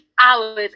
hours